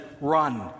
run